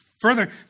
Further